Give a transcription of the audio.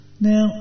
now